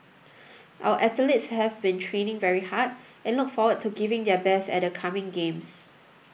our athletes have been training very hard and look forward to giving their best at the coming games